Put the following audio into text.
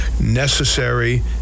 necessary